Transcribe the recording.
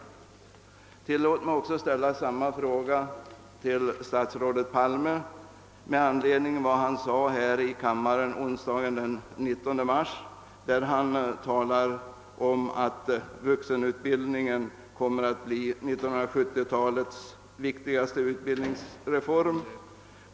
Tillåt mig att ställa samma fråga till statsrådet Palme med anledning av vad han sade onsdagen den 19 mars. Han talade då om att vuxenutbildningen kommer att bli 1970-talets viktigaste utbildningsreform.